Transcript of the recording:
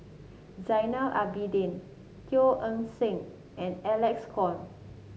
Zainal Abidin Teo Eng Seng and Alec Kuok